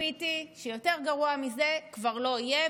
ציפיתי שיותר גרוע מזה כבר לא יהיה,